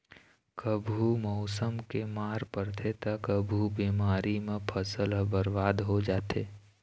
कभू मउसम के मार परथे त कभू बेमारी म फसल ह बरबाद हो जाथे